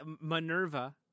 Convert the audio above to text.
Minerva